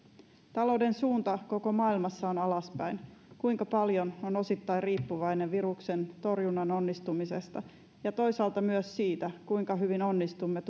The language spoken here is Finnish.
talouden suunta koko maailmassa on alaspäin kuinka paljon on osittain riippuvainen viruksen torjunnan onnistumisesta ja toisaalta myös siitä kuinka hyvin onnistumme